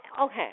okay